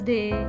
Day